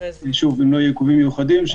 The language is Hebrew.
אם לא יהיו עיכובים מיוחדים,